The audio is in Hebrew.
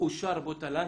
בו תל"ן.